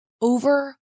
over